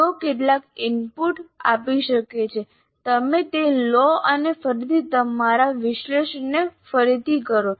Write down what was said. તેઓ કેટલાક ઇનપુટ્સ આપી શકે છે તમે તે લો અને ફરીથી તમારા વિશ્લેષણને ફરીથી કરો